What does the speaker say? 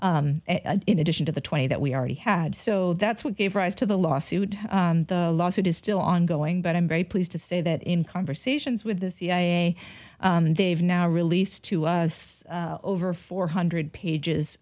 in addition to the twenty that we already had so that's what gave rise to the lawsuit the lawsuit is still ongoing but i'm very pleased to say that in conversations with the cia they've now released to us over four hundred pages